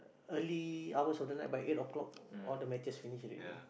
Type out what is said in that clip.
early hours of the night by eight o-clock all the matches finish already